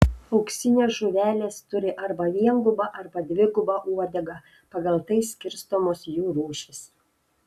auksinės žuvelės turi arba viengubą arba dvigubą uodegą pagal tai skirstomos jų rūšys